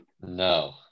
No